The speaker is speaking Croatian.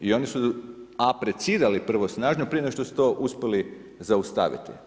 I oni su aprecirali prvo snažno prije nego što su to uspjeli zaustaviti.